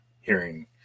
Hearing